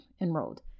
enrolled